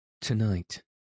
Tonight